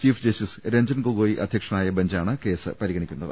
chief justice Ranjan Gogoi അധ്യക്ഷനായ ബെഞ്ചാണ് case പരിഗണി ക്കുന്നത്